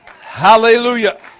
Hallelujah